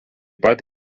pat